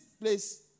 place